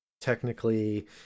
technically